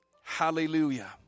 Hallelujah